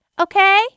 okay